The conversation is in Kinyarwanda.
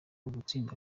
ugutsinda